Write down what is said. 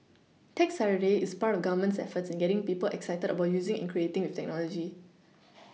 tech Saturday is part of the government's efforts in getting people excited about using and creating with technology